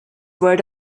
word